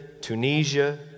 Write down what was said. Tunisia